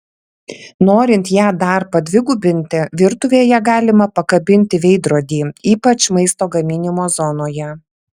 norint ją dar padvigubinti virtuvėje galima pakabinti veidrodį ypač maisto gaminimo zonoje